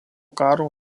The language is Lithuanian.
karo